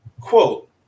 Quote